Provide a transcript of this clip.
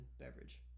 beverage